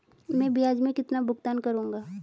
मैं ब्याज में कितना भुगतान करूंगा?